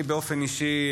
אני באופן אישי,